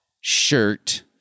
shirt